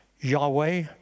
Yahweh